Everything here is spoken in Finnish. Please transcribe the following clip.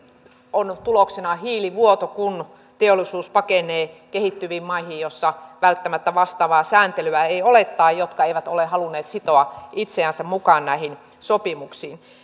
on tuloksena hiilivuoto kun teollisuus pakenee kehittyviin maihin joissa välttämättä vastaavaa sääntelyä ei ole tai jotka eivät ole halunneet sitoa itseänsä mukaan näihin sopimuksiin